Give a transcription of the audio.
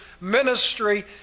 ministry